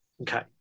Okay